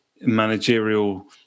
managerial